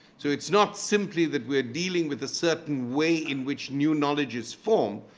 so it's not simply that we're dealing with a certain way in which new knowledge is formed,